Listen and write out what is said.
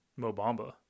Mobamba